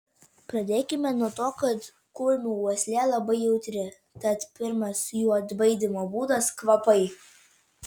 pradėkime nuo to kad kurmių uoslė labai jautri tad pirmas jų atbaidymo būdas kvapai